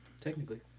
technically